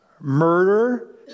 murder